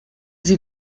sie